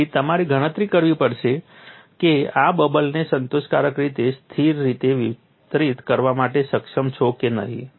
તેથી તમારે ગણતરી કરવી પડશે કે તમે આ બબલને સંતોષકારક રીતે સ્થિર રીતે વિતરિત કરવા માટે સક્ષમ છો કે નહીં